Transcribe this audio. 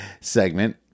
segment